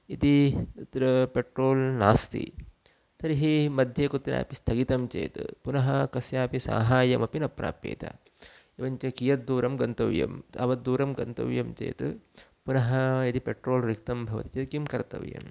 इति तत्र पेट्रोल् नास्ति तर्हि मध्ये कुत्रापि स्थगितं चेत् पुनः कस्यापि साहाय्यमपि न प्राप्येत् एवञ्च कियद्दूरं गन्तव्यं तावद् दूरं गन्तव्यं चेत् पुनः यदि पेट्रोल् रिक्तं भवति चेत् किं कर्तव्यम्